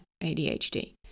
ADHD